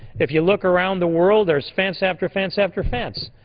if you look around the world there's fence after fence after fence.